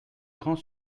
grand